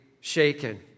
shaken